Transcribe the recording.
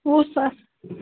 وُہ ساس